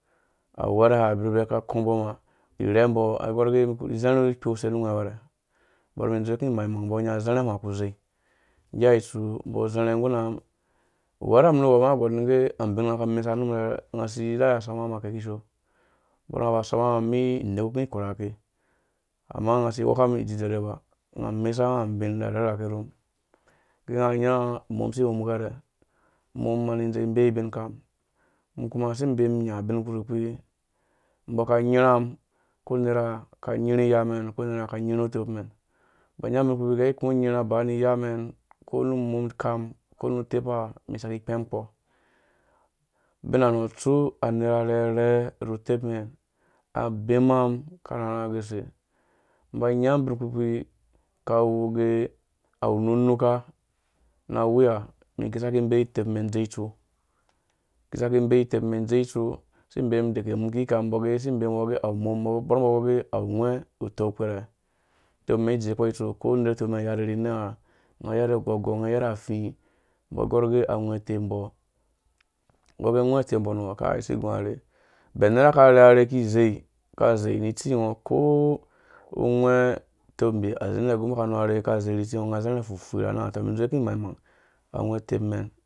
Awɛrhɛ ha umbɔ aka akɔmbɔ umum hã irhembɔ agɔr ugɛ izarhã ikpo use mu ungwɛ wɛrhɛ uwɛrɛ umum idzowuku imang-mang nggea itsu, umbɔ azarhã nggura mum uwerha mum nuwɔɔ age abin nga aka mesa rumum asi idɛa asɔm a nga mum mii inekukũ ikurha ke, amma unga asi wɔka umum idzizerhe ba ama unga asi wɔka umum mesunga abin arherhe rhake rumu inggea ungo unyai umum isi iwum ugherha umum kiumã isi ibee mum inya ubin ukpuru kpi umbo aka nyirham, uko unera aki inyirhu iyamɛn uko nera aki nyirhũ utepmɛn ĩmba inya ubin kpurukpi iki ikũ unyirhã aba ni iyamɛn uko nu umum ukam mum uko utepa isaki ikpɛ̃mkpo ubinanɔ̃ utsu a nera arherhe ru utepmɛn abemun aka rharha uge use ĩmba inyam ubin kparukpi kawu uge awu unumka na awiya mum isaki ĩmbee tutepmɛn uchee itsok iki isaki ĩmbee utepmen udze itsok, isi ĩmbee mum udega umum iki nyikam, umbɔ age isi ibemum uwɔ age awu umu aba abambɔ age, awu ungwɛ̃ uteu kpɛrɛ, dong uteumɛn idzekp itsok ukoner uteumɛn ayarhe ufii umbɔ agɔr uge, angwɛ uteumbɔ umbɔ agɔ uge, ungwɛ uteumbɔ nuwɔ ukai asi iguã arherhe iki izei ri itsingo unga a zarha fufui na nang ateu umum indzowuku imang-mang angwɛ utepmɛn